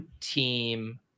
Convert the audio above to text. team